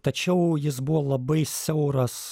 tačiau jis buvo labai siauras